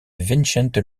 vicente